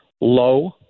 low